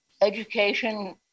education